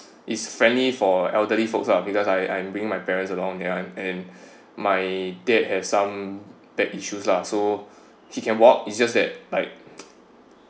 is friendly for elderly folks lah because I I bringing my parents along there and my dad have some that issues lah so he can walk is just that like